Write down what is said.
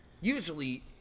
Usually